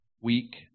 week